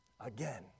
again